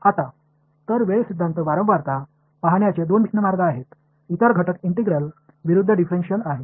आता तर वेळ विरुद्ध वारंवारता पाहण्याचे दोन भिन्न मार्ग आहेत इतर घटक इंटिग्रल विरूद्ध डिफरेन्शिएल आहे